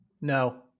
No